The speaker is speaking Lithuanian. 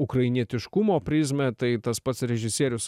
ukrainietiškumo prizmę tai tas pats režisierius